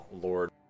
Lord